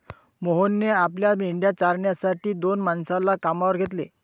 मोहनने आपल्या मेंढ्या चारण्यासाठी दोन माणसांना कामावर घेतले